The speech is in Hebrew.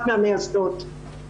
אחת מן המייסדות של האיגוד.